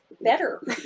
better